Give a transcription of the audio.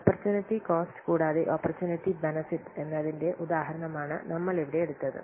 opportunity cost കൂടാതെ opportunity benefit എന്നതിന്റെ ഉദാഹരണമാണ് നമ്മൽ ഇവിടെ എടുത്തത്